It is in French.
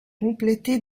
complété